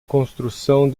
construção